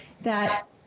that-